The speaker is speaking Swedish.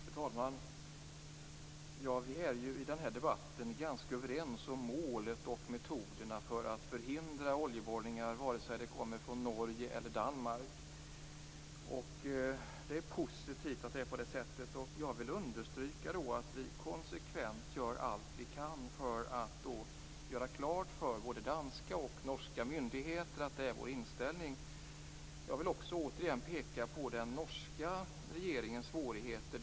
Fru talman! Vi är i den här debatten överens om målet och metoderna för att förhindra oljeborrningar, vare sig önskemålet kommer från Norge eller Danmark. Det är positivt att det är på det sättet. Jag vill understryka att vi konsekvent gör allt vi kan för att göra klart för både danska och norska myndigheter att detta är vår inställning. Jag vill också återigen peka på den norska regeringens svårigheter.